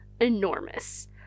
enormous